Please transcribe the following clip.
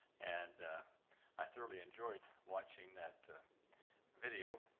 and i thoroughly enjoyed watching that video.